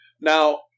Now